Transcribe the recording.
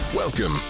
Welcome